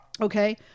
okay